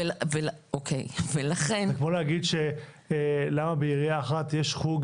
זה כמו להגיד למה בעירייה אחת יש חוג